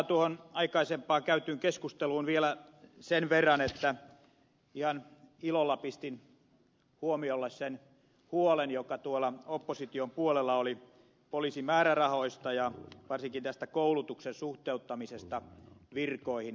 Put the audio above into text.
viittaan tuohon aikaisempaan käytyyn keskusteluun vielä sen verran että ihan ilolla pistin huomiolle sen huolen joka opposition puolella oli poliisin määrärahoista ja varsinkin koulutuksen suhteuttamisesta virkoihin